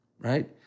right